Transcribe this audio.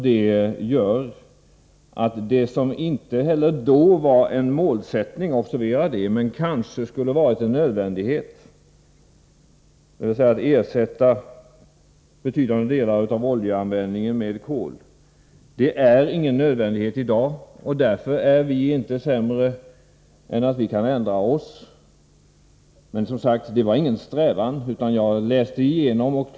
Detta gör att det som inte heller då var en målsättning — observera det! — men kanske skulle ha varit en nödvändighet, dvs. att ersätta betydande delar av oljeanvändningen med kol, är ingen nödvändighet i dag. Därför är vi inte sämre än att vi kan ändra oss. Men som sagt, det var ingen strävan från vår sida.